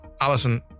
Alison